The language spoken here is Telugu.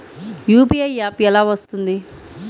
యూ.పీ.ఐ యాప్ ఎలా వస్తుంది?